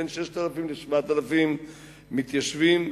בין 6,000 ל-7,000 מתיישבים,